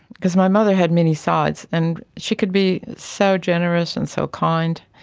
because my mother had many sides and she could be so generous and so kind,